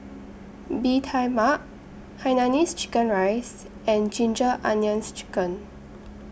Bee Tai Mak Hainanese Chicken Rice and Ginger Onions Chicken